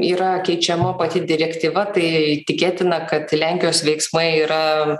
yra keičiama pati direktyva tai tikėtina kad lenkijos veiksmai yra